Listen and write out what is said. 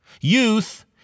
Youth